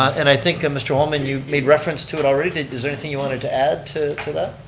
and i think, mr. holman, you've made reference to it already. is there anything you wanted to add to to that?